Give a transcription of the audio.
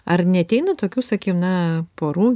ar neateina tokių sakykim na porų